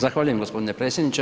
Zahvaljujem gospodine predsjedniče.